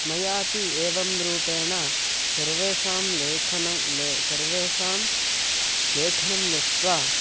मयापि एवं रूपेण सर्वेषां लेखनं ले सर्वेषां लेखनं दृष्ट्वा